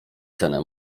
cenę